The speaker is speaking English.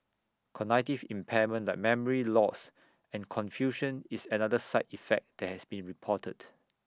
cognitive impairment like memory loss and confusion is another side effect that has been reported